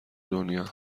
دنیا